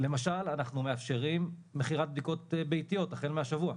למשל אנחנו מאפשרים מכירת בדיקות ביתיות החל מהשבוע,